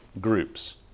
groups